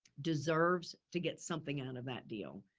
deserves to get something out of that deal.